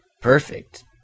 perfect